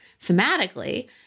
somatically